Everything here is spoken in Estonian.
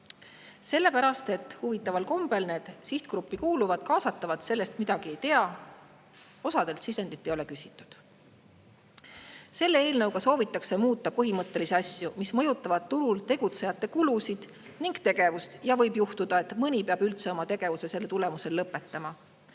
Sellepärast, et huvitaval kombel need sihtgruppi kuuluvad kaasatavad sellest midagi ei tea. Osalt neist sisendit ei ole küsitud. Selle eelnõuga soovitakse muuta põhimõttelisi asju, mis mõjutavad turul tegutsejate kulusid ning tegevust. Võib juhtuda, et mõni peab selle tulemusel üldse tegevuse lõpetama.